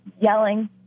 yelling